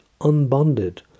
unbonded